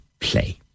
play